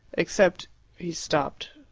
except he stopped.